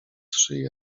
szyi